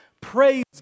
Praise